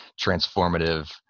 transformative